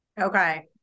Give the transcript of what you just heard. Okay